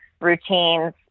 routines